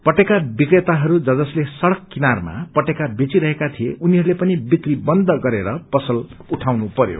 पटेका विक्रेताहरू ज जसले किनारमा पटेका बेचिरहेका थिए उनीहरूले पनि विक्री बन्द गरेर पसल उठाउनु परयो